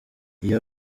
iyo